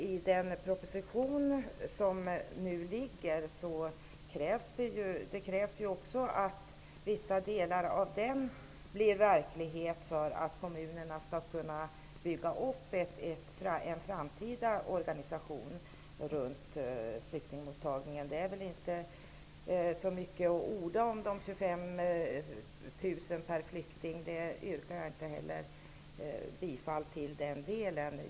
I den proposition som nu ligger krävs att vissa delar av den skall bli verklighet för att kommunerna skall kunna bygga upp en framtida organisation för flyktingmottagningen. Det är väl inte så mycket att orda om de 25 000 kronorna per flykting. Jag yrkar inte heller bifall till den delen.